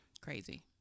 Crazy